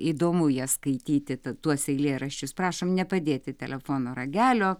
įdomu jas skaityti ta tuos eilėraščius prašom nepadėti telefono ragelio